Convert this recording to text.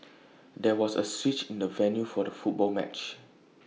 there was A switch in the venue for the football match